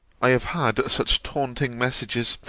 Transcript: i have had such taunting messages,